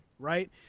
right